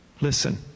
Listen